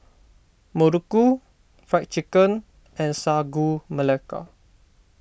Muruku Fried Chicken and Sagu Melaka